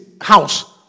house